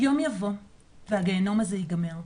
יום יבוא והגיהינום הזה ייגמר.